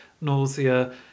nausea